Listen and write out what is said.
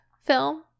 film